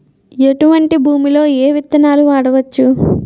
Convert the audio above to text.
ఎటువంటి భూమిలో ఏ విత్తనాలు వాడవచ్చు?